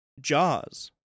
Jaws